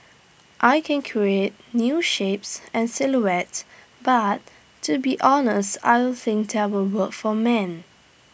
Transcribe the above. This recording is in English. I can create new shapes and silhouettes but to be honest I don't think that will work for men